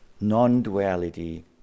Non-duality